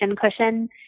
cushion